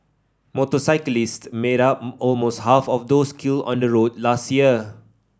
motorcyclist made up almost half of those killed on the roads last year